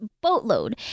boatload